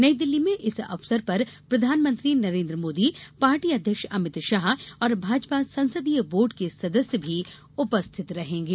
नईदिल्ली में इस अवसर पर प्रधानमंत्री नरेन्द्र मोदी पार्टी अध्यक्ष अमित शाह और भाजपा संसदीय बोर्ड के सदस्य भी उपस्थित रहेंगे